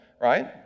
right